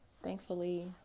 Thankfully